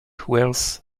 wells